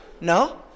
no